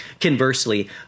Conversely